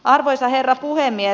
arvoisa herra puhemies